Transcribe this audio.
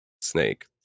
snake